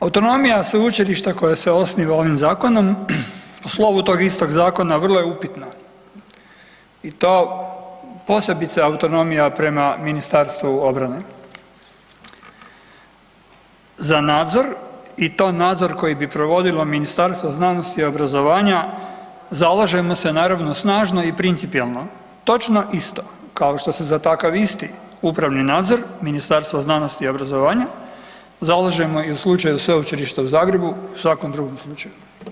Autonomija sveučilišta koje se osniva ovim zakonom po slovu tog istog zakona vrlo je upitna i to posebice autonomija prema Ministarstvu obrane za nadzor i to nadzor koji bi provodilo Ministarstvo znanosti i obrazovanja zalažemo se naravno snažno i principijelno točno isto kao što se za takav isti upravni nadzor Ministarstvo znanosti i obrazovanja zalažemo i u slučaju Sveučilišta u Zagrebu u svakom drugom slučaju.